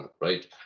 right